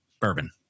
bourbon